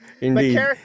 indeed